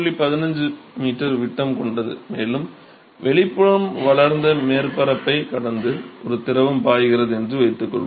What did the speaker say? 15 m விட்டம் கொண்டது மேலும் வெளிப்புற வளைந்த மேற்பரப்பைக் கடந்து ஒரு திரவம் பாய்கிறது என்று வைத்துக்கொள்வோம்